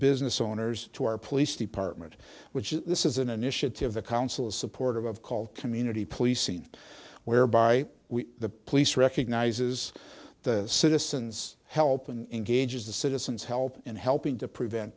business owners to our police department which is this is an initiative the council is supportive of called community policing whereby we the police recognizes the citizens help and engages the citizens help in helping to prevent